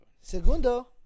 Segundo